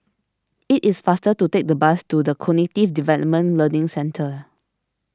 it is faster to take the bus to the Cognitive Development Learning Centre